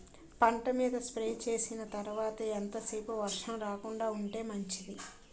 పంట మీద స్ప్రే చేసిన తర్వాత ఎంత సేపు వర్షం రాకుండ ఉంటే మంచిది?